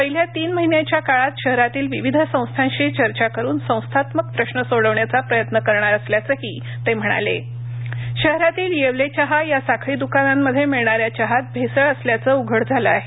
पहिल्या तीन महिन्याच्या काळात शहरातील विविध संस्थांशी चर्चा करून संस्थात्मक प्रश्न सोडवण्याचा प्रयत्न करणार असल्याचंही ते म्हणाले भेसळ शहरातील येवले चहा या साखळी दुकानांमध्ये मिळणाऱ्या चहात भेसळ असल्याचे उघड झाले आहे